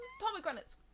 pomegranates